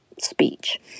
speech